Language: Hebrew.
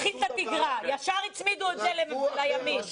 ישר הצמידו את זה לימין.